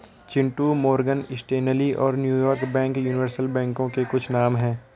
Chintu Morgan Stanley और New York bank universal बैंकों के कुछ नाम है